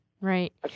Right